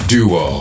Duo